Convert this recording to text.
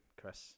Chris